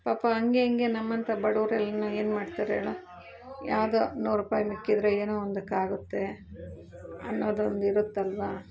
ಪಾಪ ಹಂಗೆ ಹಿಂಗೆ ನಮ್ಮಂಥ ಬಡವ್ರೆಲ್ಲ ಏನು ಮಾಡ್ತಾರೆ ಹೇಳು ಯಾವುದೋ ನೂರು ರೂಪಾಯಿ ಮಿಕ್ಕಿದರೆ ಏನೋ ಒಂದಕ್ಕೆ ಆಗುತ್ತೆ ಅನ್ನೋದೊಂದು ಇರುತ್ತಲ್ವ